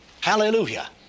Hallelujah